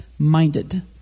minded